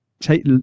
take